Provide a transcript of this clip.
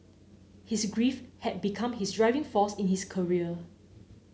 his grief had become his driving force in his career